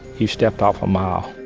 you step off a mile.